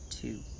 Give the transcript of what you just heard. two